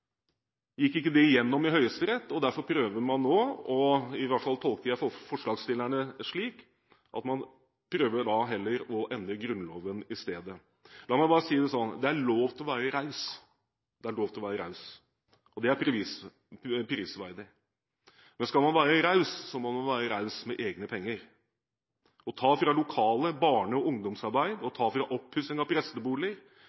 i hvert fall tolker jeg forslagsstillerne slik – isteden å endre Grunnloven. La meg si det sånn: Det er lov til å være raus. Det er lov til å være raus, og det er prisverdig. Men skal man være raus, må man være raus med egne penger. Å ta fra lokalt barne- og ungdomsarbeid, fra oppussing av presteboliger, fra dem som utfører en tjeneste i Den norske kirke – altså fra fellesskapet – og